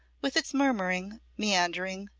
with its murmuring, meandering,